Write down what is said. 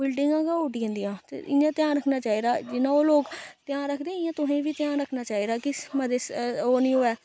बिलडिंगां गै उड्डी जंदियां ते इ'यां ध्यान रक्खना चाहिदा जि'यां ओह् लोक ध्यान रक्खदे इ'यां तुसें गी बी ध्यान रक्खना चाहिदा कि मते ओह् नेईं होऐ